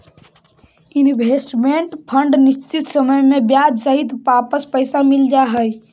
investment fund निश्चित समय में ब्याज सहित वापस मिल जा हई